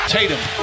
Tatum